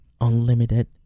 unlimited